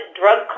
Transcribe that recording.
drug